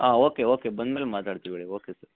ಹಾಂ okay okay ಬಂದಮೇಲೆ ಮಾತಾಡ್ತೀವಿ ಬಿಡಿ ಓಕೆ ಸರ್